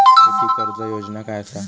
शेती कर्ज योजना काय असा?